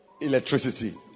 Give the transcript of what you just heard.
electricity